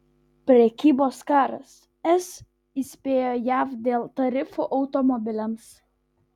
prekybos karas es įspėjo jav dėl tarifų automobiliams